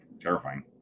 terrifying